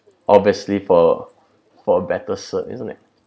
obviously for for better cert isn't it